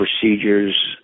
procedures